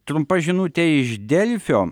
trumpa žinutė iš delfio